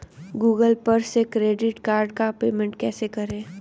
Google पर से credit card का पेमेंट कैसे करें?